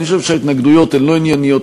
אני חושב שההתנגדויות הן לא ענייניות,